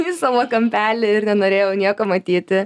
į savo kampelį ir nenorėjau nieko matyti